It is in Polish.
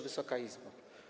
Wysoka Izbo!